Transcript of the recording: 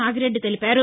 నాగిరెడ్డి తెలిపారు